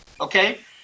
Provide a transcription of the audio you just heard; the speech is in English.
okay